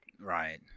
Right